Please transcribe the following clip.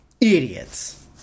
Idiots